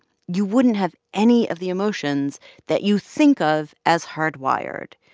you wouldn't have any of the emotions that you think of as hardwired,